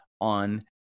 on